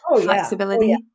flexibility